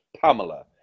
Pamela